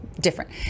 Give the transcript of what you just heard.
different